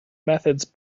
methods